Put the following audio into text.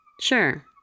Sure